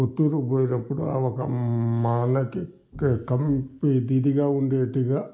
పుత్తూరు పోయినప్పుడు ఆ ఒక మా అన్నకి ఇదిగా ఉండేటిగా